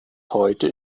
heute